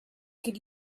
could